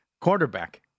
Quarterback